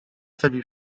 verblieb